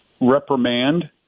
reprimand